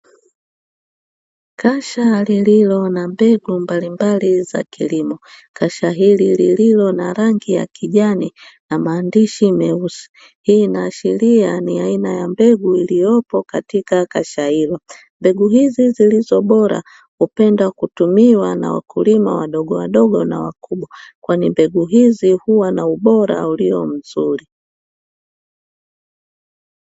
Kasha lililo na mbegu mbalimbali za kilimo. Kasha hili lililo na rangi ya kijani na maandishi meusi. Hii inaashiria ni aina ya mbegu iliyopo katika kasha hilo. Mbegu hizi zilizo bora hupendwa kutumiwa na wakulima wadogowadogo na wakubwa, kwani mbegu hizi huwa na ubora ulio mzuri.